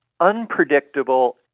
unpredictable